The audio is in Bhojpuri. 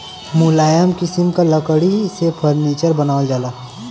मुलायम किसिम क लकड़ी से फर्नीचर बनावल जाला